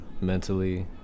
mentally